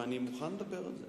ואני מוכן לדבר על זה,